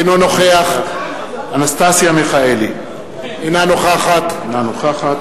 אינו נוכח אנסטסיה מיכאלי, אינה נוכחת